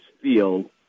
field